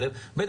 ושנית,